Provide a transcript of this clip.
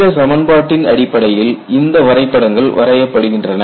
இந்த சமன்பாட்டின் அடிப்படையில் இந்த வரைபடங்கள் வரையப்படுகின்றன